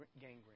gangrene